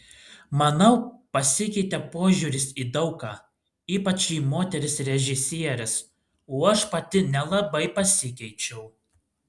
manau pasikeitė požiūris į daug ką ypač į moteris režisieres o aš pati nelabai pasikeičiau